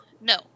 no